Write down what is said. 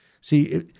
See